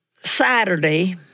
Saturday